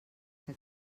que